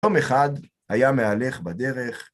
יום אחד היה מהלך בדרך.